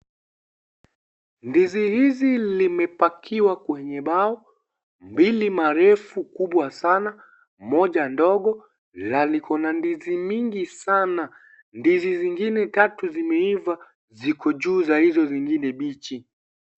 Ndizi hizi limepakiwa kwenye mbao, mbili marefu kubwa sana moja ndogo na liko na ndizi mingi sana ndizi zingine tatu zimeiva ziko juu za hizo zingine bichi.